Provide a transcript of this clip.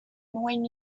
when